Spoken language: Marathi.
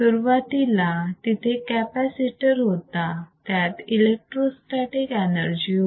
सुरुवातीला तिथे कॅपॅसिटर होता त्यात इलेक्ट्रोस्टॅटीक एनर्जी होती